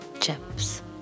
Chips